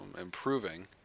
improving